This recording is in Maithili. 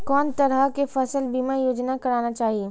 कोन तरह के फसल बीमा योजना कराना चाही?